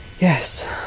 Yes